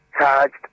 charged